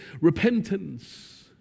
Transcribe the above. repentance